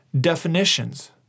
definitions